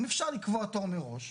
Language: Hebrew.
אם אפשר לקבוע תור מראש,